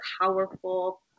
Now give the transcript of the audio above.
powerful